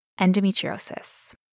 endometriosis